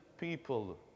people